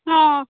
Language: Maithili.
हँ